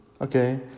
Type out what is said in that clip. okay